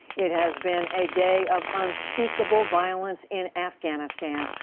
it has been a day of unspeakable violence in afghanistan.